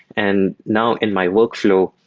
and now in my workflow,